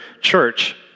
church